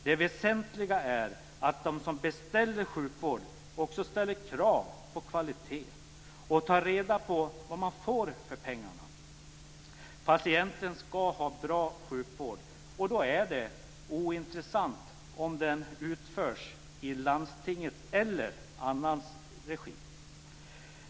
Det väsentliga är att de som beställer sjukvård också ställer krav på kvalitet och tar reda på vad de får för pengarna. Patienten ska ha bra sjukvård, och då är det ointressant om den utförs i landstingets eller i annans regi.